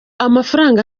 amafaranga